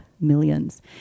Millions